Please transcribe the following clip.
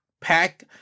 pack